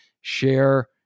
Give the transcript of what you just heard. share